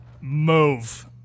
move